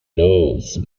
nose